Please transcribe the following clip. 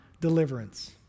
deliverance